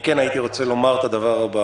כן הייתי רוצה לומר את הדבר הבא: